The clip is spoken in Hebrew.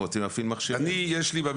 לא.